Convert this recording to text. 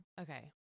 Okay